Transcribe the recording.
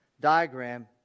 diagram